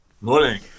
Morning